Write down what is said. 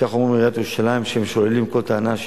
בעיריית ירושלים אומרים שהם שוללים כל טענה של